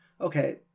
okay